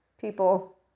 people